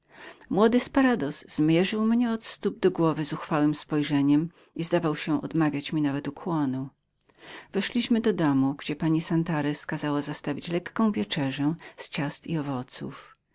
młody sporadoz przemierzył mnie od stóp do głowy zuchwałem spojrzeniem i zdawał się odmawiać mi nawet ukłonu weszliśmy do domu gdzie pani santarez kazała zastawić lekką wieczerzę z ciast i owoców